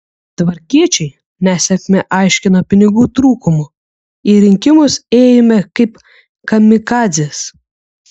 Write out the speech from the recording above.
tvarkiečiai nesėkmę aiškino pinigų trūkumu į rinkimus ėjome kaip kamikadzės